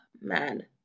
Man